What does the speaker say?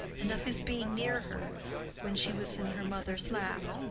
and of his being near her when she was in her mother's lap.